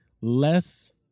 less